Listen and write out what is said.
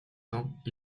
temps